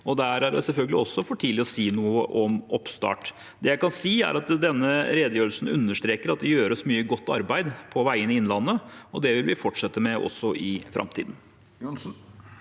og der er det selvfølgelig også for tidlig å si noe om oppstart. Det jeg kan si, er at denne redegjørelsen understreker at det gjøres mye godt arbeid på veiene i Innlandet, og det vil vi fortsette med også i framtiden.